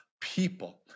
people